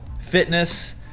fitness